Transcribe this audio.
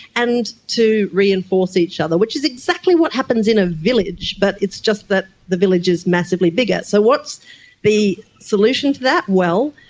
and to reinforce each other, which is exactly what happens in a village, but it's just that the village is massively bigger. so what's the solution to that? well,